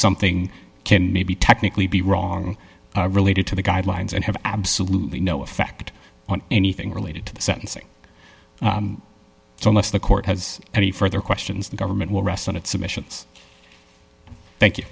something can maybe technically be wrong related to the guidelines and have absolutely no effect on anything related to the sentencing so unless the court has any further questions the government will rest on its submissions thank you